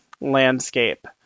landscape